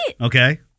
Okay